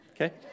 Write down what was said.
Okay